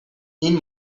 این